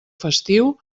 festiu